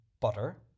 butter